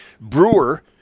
Brewer